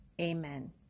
Amen